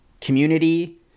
community